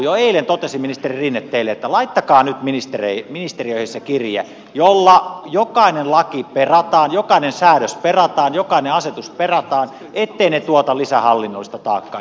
jo eilen totesin ministeri rinne teille että laittakaa nyt ministeriöihin kirje jolla jokainen laki perataan jokainen säädös perataan jokainen asetus perataan etteivät ne tuota lisää hallinnollista taakkaa eikä byrokratiaa